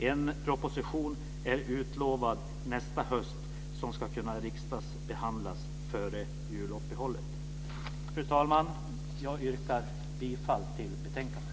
En proposition är utlovad till nästa höst, och den ska kunna behandlas i riksdagen före juluppehållet. Fru talman! Jag yrkar bifall till hemställan i betänkandet.